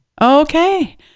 Okay